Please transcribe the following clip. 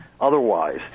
otherwise